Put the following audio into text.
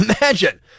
Imagine